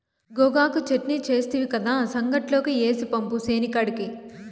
గోగాకు చెట్నీ సేస్తివి కదా, సంగట్లోకి ఏసి పంపు సేనికాడికి